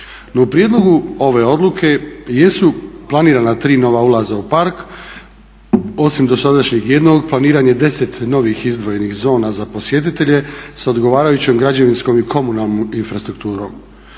u prijedlogu ove odluke jesu planirana tri nova ulaza u park. Osim dosadašnjeg jednog planirano je 10 novih izdvojenih zona za posjetitelje s odgovarajućom građevinskom i komunalnom infrastrukturom.